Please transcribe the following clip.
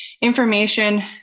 information